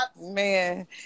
man